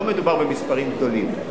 לא מדובר במספרים גדולים.